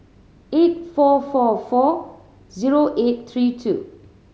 eight four four four zero eight three two